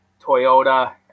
toyota